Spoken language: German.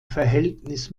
verhältnis